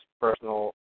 personal